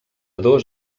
dos